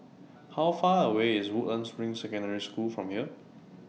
How Far away IS Woodlands Ring Secondary School from here